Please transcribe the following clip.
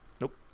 Nope